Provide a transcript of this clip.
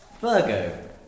Virgo